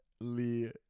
Lee